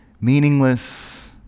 meaningless